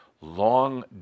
long